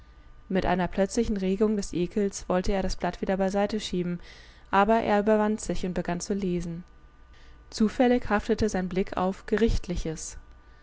mit einer plötzlichen regung des ekels wollte er das blatt wieder beiseite schieben aber er überwand sich und begann zu lesen zufällig haftete sein blick auf gerichtliches